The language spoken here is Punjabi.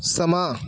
ਸਮਾਂ